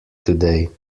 today